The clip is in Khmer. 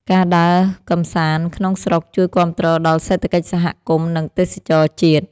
ការដើរកម្សាន្តក្នុងស្រុក ជួយគាំទ្រដល់សេដ្ឋកិច្ចសហគមន៍ និងទេសចរណ៍ជាតិ។